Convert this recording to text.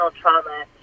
trauma